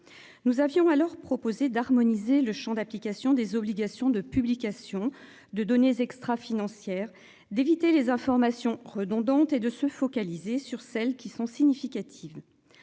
Nous avions alors proposer d'harmoniser le Champ d'application des obligations de publication de données extra-financière d'éviter les informations redondantes et de se focaliser sur celles qui sont significatives.